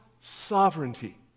sovereignty